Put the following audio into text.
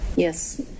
Yes